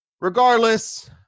Regardless